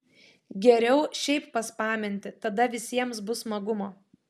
geriau šiaip paspaminti tada visiems bus smagumo